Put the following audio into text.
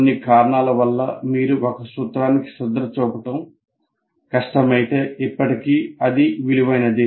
కొన్ని కారణాల వల్ల మీరు ఒక సూత్రానికి శ్రద్ధ చూపడం కష్టమైతే ఇప్పటికీ అది విలువైనదే